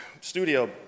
studio